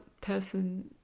person